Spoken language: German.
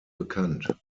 bekannt